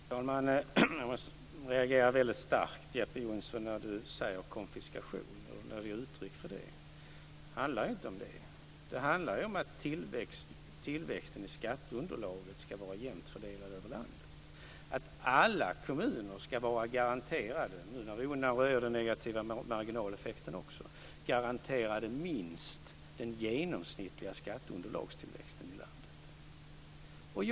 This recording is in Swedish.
Fru talman! Jag reagerar väldigt starkt när Jeppe Johnsson säger konfiskation. Det handlar inte om det. Det handlar om att tillväxten i skatteunderlaget ska vara jämnt fördelad över landet och att alla kommuner ska vara garanterade - nu när vi också undanröjer den negativa marginaleffekten - minst den genomsnittliga skatteunderlagstillväxten i landet.